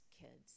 kids